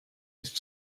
ist